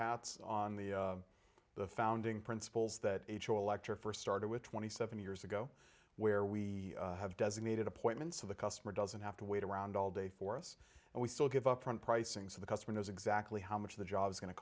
on the founding principles that h o electric first started with twenty seven years ago where we have designated appointments of the customer doesn't have to wait around all day for us and we still give up front pricing so the customer knows exactly how much the job's going to